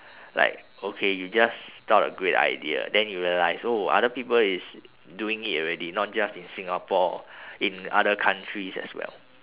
like okay you just thought a great idea then you realise oh other people is doing it already not just in singapore in other countries as well